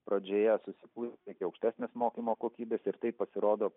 pradžioje susikūrė iki aukštesnės mokymo kokybės ir tai pasirodo